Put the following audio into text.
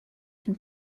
can